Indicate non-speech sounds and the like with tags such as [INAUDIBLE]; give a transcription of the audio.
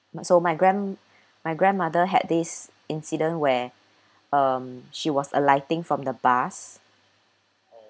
so my grand~ my grandmother had this incident where um she was alighting from the bus [NOISE]